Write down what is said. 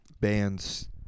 bands